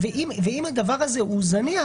אם הדבר הזה זניח,